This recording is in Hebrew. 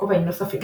כובעים נוספים